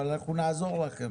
אנחנו נעזור לכם.